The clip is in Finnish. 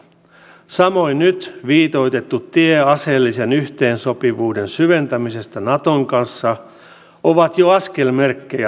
samoin nyt viitoitettu tie aseellisen yhteensopivuuden syventämisestä naton kanssa on jo askelmerkki naton suuntaan